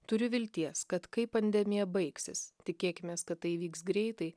turiu vilties kad kai pandemija baigsis tikėkimės kad tai įvyks greitai